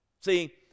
See